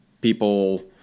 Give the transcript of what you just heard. people